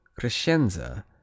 Crescenza